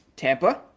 Tampa